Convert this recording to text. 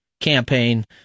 campaign